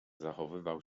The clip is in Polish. zachowywał